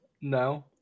no